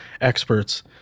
experts